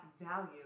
value